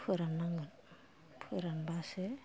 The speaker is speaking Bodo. फोराननांगोन फोरानबासो